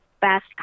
best